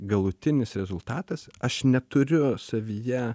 galutinis rezultatas aš neturiu savyje